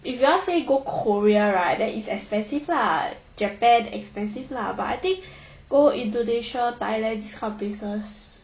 if you ask me go korea right then it's expensive lah japan expensive lah but I think go indonesia thailand this kind of places